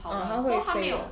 ah 它会飞的